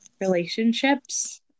relationships